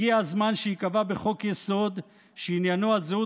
הגיע הזמן שייקבע בחוק-יסוד שעניינו הזהות